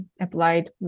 applied